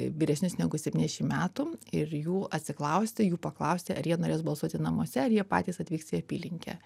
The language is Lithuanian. vyresnius negu septyniasdešim metų ir jų atsiklausti jų paklausti ar jie norės balsuoti namuose ar jie patys atvyks į apylinkę